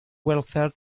welfare